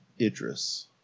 Idris